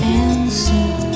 answer